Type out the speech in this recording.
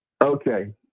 Okay